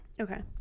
Okay